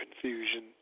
confusion